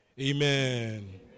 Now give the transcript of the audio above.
Amen